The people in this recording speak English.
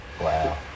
Wow